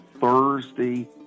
Thursday